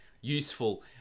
useful